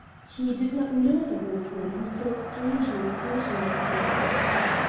he did not know the horseman who so strangely scrutinised him as he passed,